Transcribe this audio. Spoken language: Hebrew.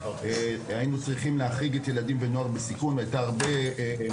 היינו צריכים להחריג את הילדים והנוער שבסיכון והייתה שאלה גדולה